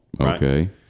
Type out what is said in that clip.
Okay